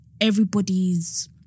everybody's